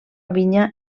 vinya